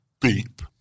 Beep